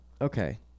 Okay